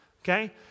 okay